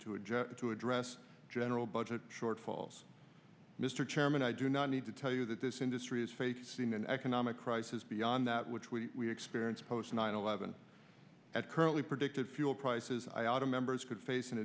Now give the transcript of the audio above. to adjust to address general budget shortfalls mr chairman i do not need to tell you that this industry is facing an economic crisis beyond that which we experience post nine eleven that currently predicted fuel prices iota members could fac